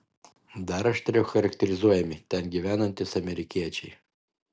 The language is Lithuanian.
dar aštriau charakterizuojami ten gyvenantys amerikiečiai